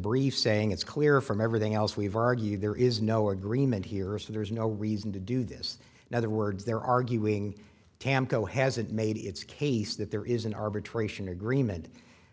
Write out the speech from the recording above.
briefs saying it's clear from everything else we've argued there is no agreement here so there's no reason to do this now the words they're arguing tamgho hasn't made its case that there is an arbitration agreement